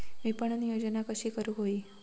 विपणन योजना कशी करुक होई?